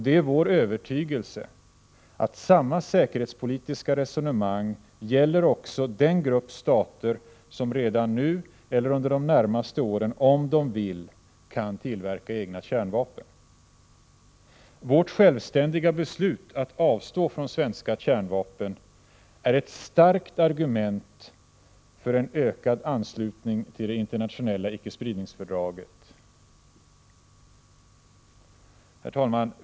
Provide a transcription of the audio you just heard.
Det är vår övertygelse att samma säkerhetspolitiska resonemang gäller också den grupp stater som redan nu eller under de närmaste åren, om de vill, kan tillverka egna kärnvapen. Vårt självständiga beslut att avstå från svenska kärnvapen är ett starkt argument för en ökad anslutning till det internationella icke-spridningsfördraget. Herr talman!